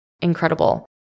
incredible